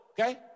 okay